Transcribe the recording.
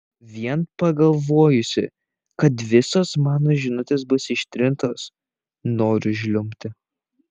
vien pagalvojusi kad visos mano žinutės bus ištrintos noriu žliumbti